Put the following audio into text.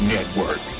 Network